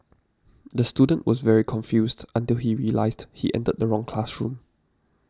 the student was very confused until he realised he entered the wrong classroom